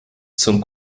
zum